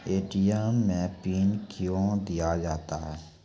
ATM मे PIN कयो दिया जाता हैं?